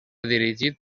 dirigit